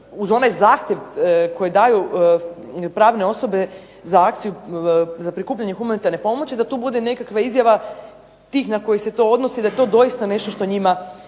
uz onaj zahtjev koji daju pravne osobe za akciju za prikupljanje humanitarne pomoći da tu bude nekakva izjava tih na koje se to odnosi da je to doista nešto što njima